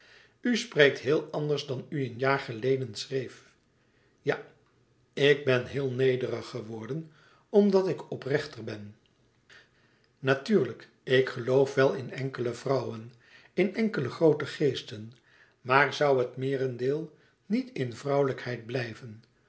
spreekt heel anders dan u een jaar geleden schreef ja ik ben heel nederig geworden omdat ik oprechter ben natuurlijk ik geloof wel in enkele vrouwen in enkele groote geesten maar zoû het meerendeel niet in vrouwelijkheid blijven